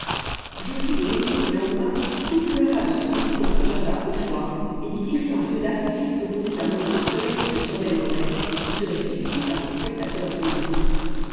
j'offris de réunir le lendemain toute l'honorable société dans un jardin au choix et d'y tirer un feu d'artifice composé d'un nombre de soleils et de chandelles romaines qui serait fixé par les spectateurs eux-mêmes